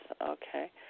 okay